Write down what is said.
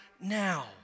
now